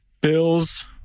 Bills